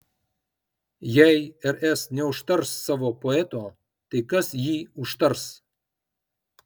jei rs neužtars savo poeto tai kas jį užtars